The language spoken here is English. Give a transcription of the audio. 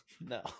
No